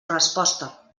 resposta